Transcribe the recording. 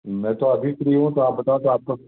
मैं तो अभी फ्री हूँ तो आप बताओ तो आपको